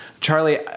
Charlie